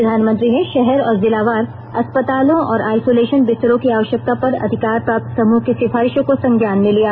प्रधानमंत्री ने शहर और जिलावार अस्पतालों और आइसोलेशन बिस्तरों की आवश्यकता पर अधिकार प्राप्त समूह की सिफारिशों को संज्ञान में लिया